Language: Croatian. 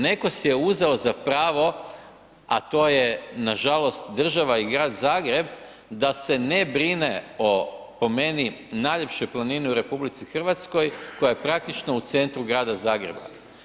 Netko si je uzeo za pravo a to je nažalost država i grad Zagreb da se ne brine o po meni najljepšoj planini u RH koja je praktično u centru grada Zagreba.